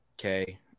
Okay